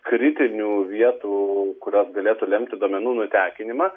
kritinių vietų kurios galėtų lemti duomenų nutekinimą